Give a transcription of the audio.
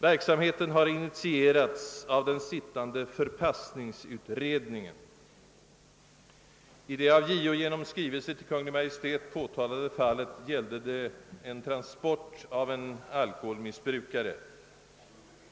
Verksamheten har initierats av den sittande förpassningsutredningen. Det av JO genom skrivelse till Kungl. Maj:t påtalade fallet gällde en transport av en alkoholmissbrukare.